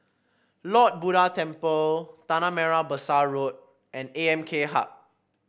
Lord Buddha Temple Tanah Merah Besar Road and A M K Hub